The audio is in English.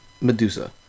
Medusa